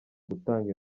gutanga